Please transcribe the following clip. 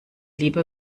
lieber